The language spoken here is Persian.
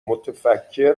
متفکر